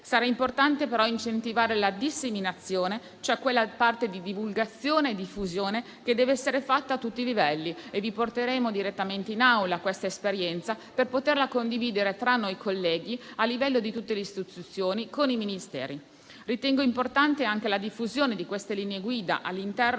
però importante incentivare la disseminazione, cioè quella parte di divulgazione e diffusione che deve essere fatta a tutti i livelli. Vi porteremo direttamente in Aula questa esperienza per poterla condividere tra noi colleghi a livello di tutte le istituzioni, con i Ministeri. Ritengo importante la diffusione di queste linee guida all'interno